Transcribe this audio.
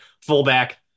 fullback